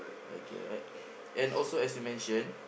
okay alright and also as you mention